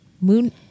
Moon